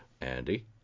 Andy